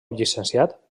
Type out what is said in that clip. llicenciat